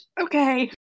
Okay